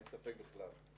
אין ספק בכלל.